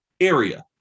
area